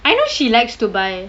I know she likes to buy